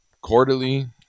quarterly